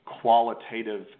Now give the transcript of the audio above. qualitative